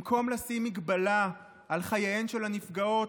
במקום לשים הגבלה על חייהן של הנפגעות,